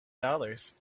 dollars